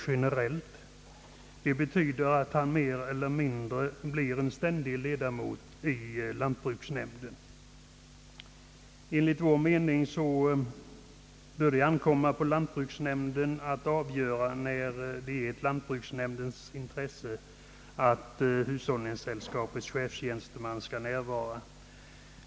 Det betyder att chefstjänstemannen mer eller mindre blir självständig ledamot i nämnden. Enligt vår mening bör det ankomma på lantbruksnämnden att avgöra när det kan anses vara ett lantbruksnämndens intresse att hushållningssällskapets chefstjänsteman skall närvara vid ett sammanträde.